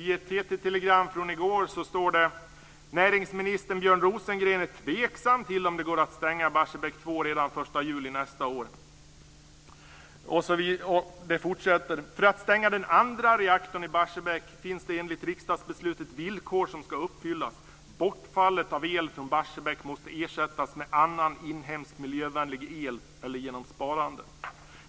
I ett TT telegram från i går står det så här: "Näringsminister Björn Rosengren är tveksam till om det går att stänga Barsebäck 2 redan 1 juli nästa år". Det fortsätter så här: "För att stänga den andra reaktorn i Barsebäck finns enligt riksdagsbeslutet ett villkor som ska uppfyllas. Bortfallet av el från Barsebäck måste ersättas med annan inhemsk, miljövänlig el eller genom sparande.